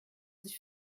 sich